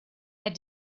that